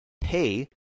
pay